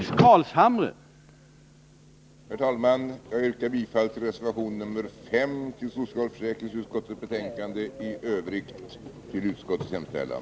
Herr talman! Jag yrkar bifall till reservation 5 vid socialförsäkringsutskottets betänkande nr 21 och i övrigt till utskottets hemställan.